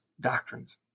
doctrines